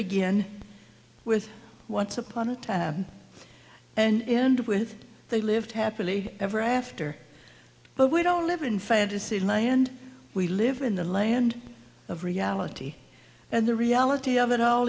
begin with once upon a time and end with they lived happily ever after but we don't live in fantasyland we live in the land of reality and the reality of it all